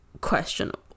questionable